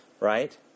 right